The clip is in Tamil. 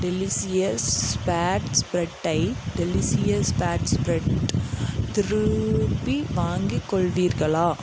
டெலிஷியஸ் ஃபேட் ஸ்ப்ரெட்டை டெலிஷியஸ் ஃபேட் ஸ்ப்ரெட் திருப்பி வாங்கிக் கொள்வீர்களா